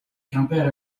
quimper